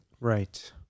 Right